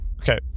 Okay